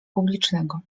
publicznego